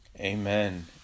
Amen